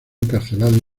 encarcelado